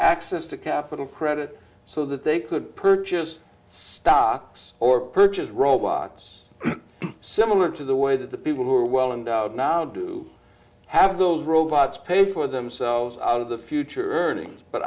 access to capital credit so that they could purchase stocks or purchase robots similar to the way that the people who are well and now do have those robots pay for themselves out of the future earnings but